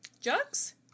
jugs